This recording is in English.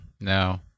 No